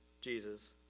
Jesus